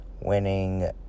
winning